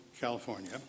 California